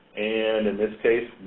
and in this case,